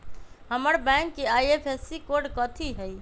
हमर बैंक के IFSC code कथि हई?